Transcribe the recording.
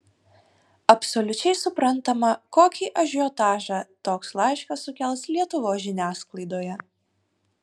absoliučiai suprantama kokį ažiotažą toks laiškas sukels lietuvos žiniasklaidoje